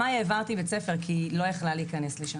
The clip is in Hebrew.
העברתי את מאי בית ספר כי היא לא יכלה להיכנס לשם.